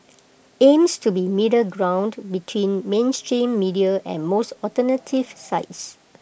aims to be A middle ground between mainstream media and most alternative sites